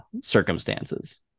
circumstances